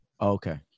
Okay